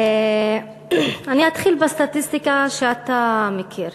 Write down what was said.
אני אתחיל בסטטיסטיקה, שאתה מכיר,